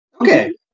Okay